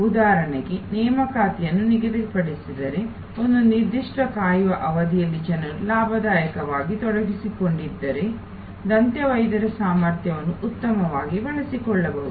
ಉದಾಹರಣೆಗೆ ನೇಮಕಾತಿಗಳನ್ನು ನಿಗದಿಪಡಿಸಿದರೆ ಒಂದು ನಿರ್ದಿಷ್ಟ ಕಾಯುವ ಅವಧಿಯಲ್ಲಿ ಜನರು ಲಾಭದಾಯಕವಾಗಿ ತೊಡಗಿಸಿಕೊಂಡಿದ್ದರೆ ದಂತವೈದ್ಯರ ಸಾಮರ್ಥ್ಯವನ್ನು ಉತ್ತಮವಾಗಿ ಬಳಸಿಕೊಳ್ಳಬಹುದು